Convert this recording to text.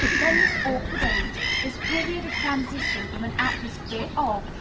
then this awkward age this period of transition from an atmosphere of,